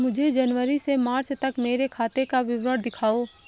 मुझे जनवरी से मार्च तक मेरे खाते का विवरण दिखाओ?